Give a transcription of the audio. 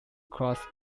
cross